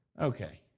okay